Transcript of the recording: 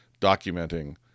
documenting